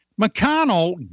McConnell